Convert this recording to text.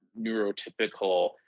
neurotypical